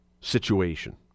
situation